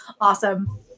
awesome